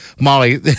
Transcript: Molly